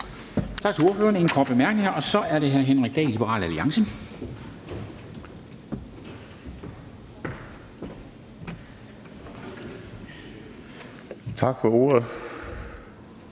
Tak for ordet.